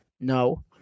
No